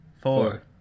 four